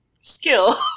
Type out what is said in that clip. skill